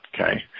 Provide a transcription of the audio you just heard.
okay